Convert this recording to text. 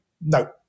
No